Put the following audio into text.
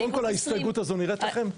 קודם כל, ההסתייגות הזו נראית לכם?